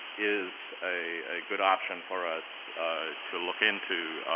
is a good option for us to look into.